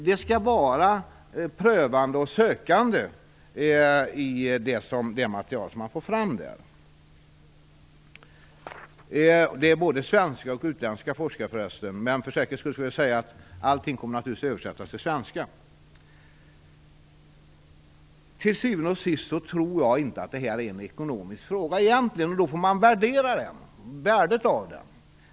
Det skall vara prövande och sökande i det material som de tar fram. Det är både svenska och utländska forskare. Men allting kommer naturligtvis att översättas till svenska. Till syvende och sist tror jag inte att det här egentligen är en ekonomisk fråga. Då får man värdera den.